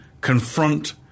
confront